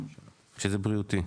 כשזה בריאותי.